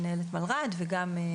מנהלת מלר"ד ובין